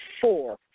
four